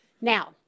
Now